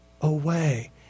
away